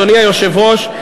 אדוני היושב-ראש,